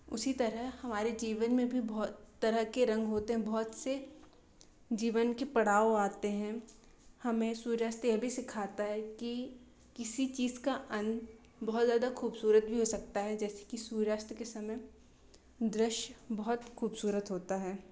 उसी तरह हमारे जीवन में भी बहुत तरह के रंग होते हैं बहुत से जीवन के पड़ाव आते हैं हमें सूर्यास्त ये भी सिखाता है कि किसी चीज का अंत बहुत ज़्यादा खूबसूरत भी हो सकता है जैसे कि सूर्यास्त के समय दृश्य बहुत खूबसूरत होता है